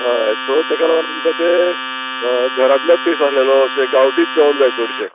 हय सो ताका लागोन तुमकां तें घरांतलोत टेस्ट आहलेलो अशें गांवठीच जेवण जाय चडशें